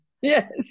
Yes